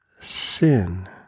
sin